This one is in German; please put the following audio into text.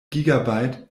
gigabyte